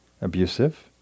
Abusive